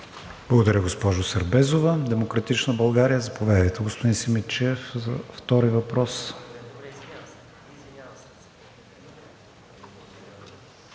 Благодаря, госпожо Сербезова. „Демократична България“? Заповядайте, господин Симидчиев, за втори въпрос.